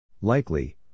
Likely